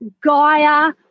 Gaia